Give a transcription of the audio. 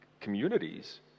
communities